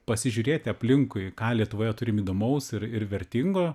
pasižiūrėti aplinkui ką lietuvoje turim įdomaus ir ir vertingo